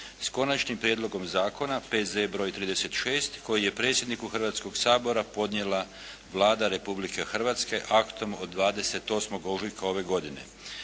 s Konačnim prijedlogom zakona, P.Z. br. 36 koji je predsjedniku Hrvatskoga sabora podnijela Vlada Republike Hrvatske aktom od 28. ožujka ove godine.